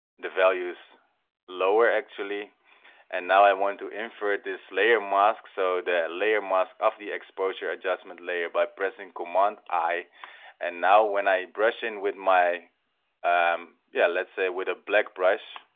the values lower actually and now i want to invert this layer mask so the layer mask of the exposure adjustment layer by pressing command i and now when i brush in with my um yeah let's say with a black brush